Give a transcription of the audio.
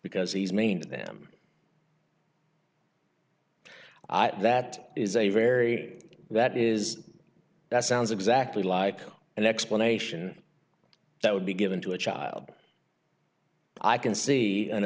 because he's mean them that is a very that is that sounds exactly like an explanation that would be given to a child i can see an